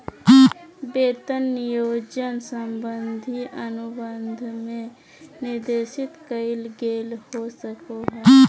वेतन नियोजन संबंधी अनुबंध में निर्देशित कइल गेल हो सको हइ